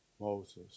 Moses